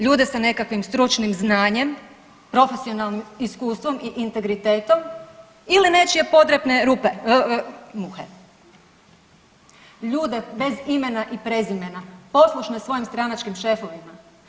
Ljude sa nekakvim stručnim znanjem, profesionalnim iskustvom i integritetom ili nečije podrepne rupe, muhe, ljude bez imena i prezimena, poslušne svojim stranačkim šefovima?